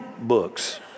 books